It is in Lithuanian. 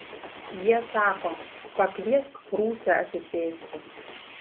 jie sako pakviesk prūsę atsisėsti